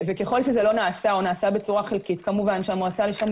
ככל שזה לא נעשה או נעשה חלקית - כמובן שהמועצה לשלום